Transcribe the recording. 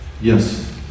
Yes